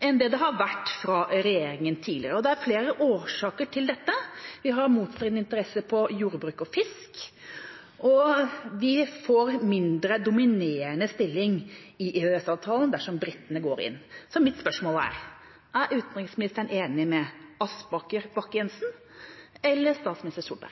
enn det det har vært fra regjeringa tidligere. Det er flere årsaker til dette. Vi har motstridende interesser innen jordbruk og fisk, og vi får en mindre dominerende stilling i EØS-avtalen dersom britene går inn. Så mitt spørsmål er: Er utenriksministeren enig med Aspaker og Bakke-Jensen, eller med statsminister